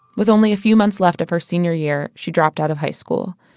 with only a few months left of her senior year, she dropped out of high school.